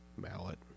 Mallet